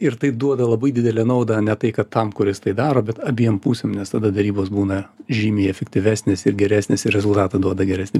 ir tai duoda labai didelę naudą ne tai kad tam kuris tai daro bet abiem pusėm nes tada derybos būna žymiai efektyvesnės ir geresnės ir rezultatą duoda geresnį